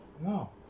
no